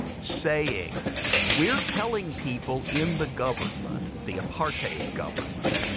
saying we're telling people in the government, the apartheid government,